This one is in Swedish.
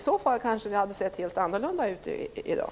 I så fall hade det kanske sett helt annorlunda ut i dag.